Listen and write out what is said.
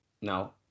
No